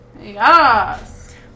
Yes